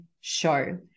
show